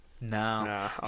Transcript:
No